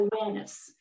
awareness